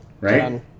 right